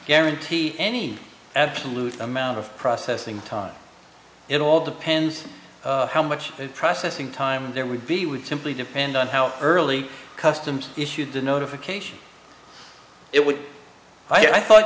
guarantee any absolute amount of processing time it all depends how much processing time there would be would simply depend on how early customs issued the notification it would i thought